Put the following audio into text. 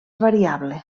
variable